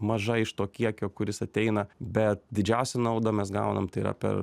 maža iš to kiekio kuris ateina bet didžiausią naudą mes gaunam tai yra per